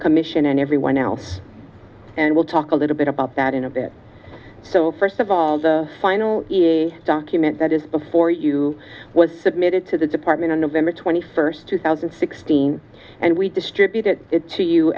commission and everyone else and we'll talk a little bit about that in a bit so first of all the final document that is before you was submitted to the department on november twenty first two thousand and sixteen and we distributed it to you